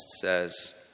says